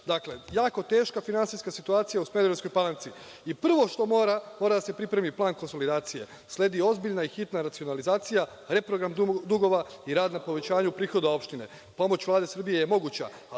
Dakle – jako teška finansijska situacija u Smederevskoj Palanci i prvo što mora da se pripremi je plan finansijske konsolidacije, sledi ozbiljna i hitna racionalizacija, reprogram dugova i rad na povećanju prihoda opštine. Pomoć Vlade Srbije je moguća,